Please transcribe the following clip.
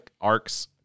arcs